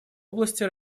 области